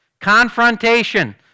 Confrontation